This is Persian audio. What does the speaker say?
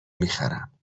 میخرم